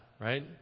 right